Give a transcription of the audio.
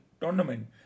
tournament